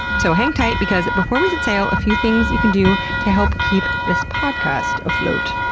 so hang tight, because before we set sail, a few things you can do to help keep this podcast afloat.